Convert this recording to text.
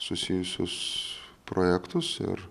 susijusius projektus ir